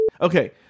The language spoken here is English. Okay